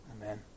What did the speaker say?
Amen